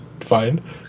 fine